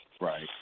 Right